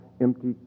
empty